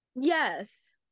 Yes